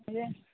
दे